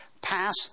pass